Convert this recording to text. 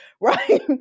right